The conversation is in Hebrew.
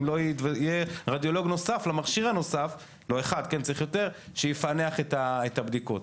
אם לא יהיה רדיולוג נוסף למכשיר הנוסף שיפענח את הבדיקות.